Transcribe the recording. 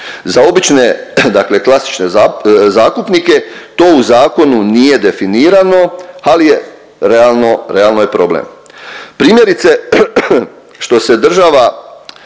Za obične, dakle klasične zakupnike to u zakonu nije definirano, ali je realno, realno je problem. Primjerice što se država,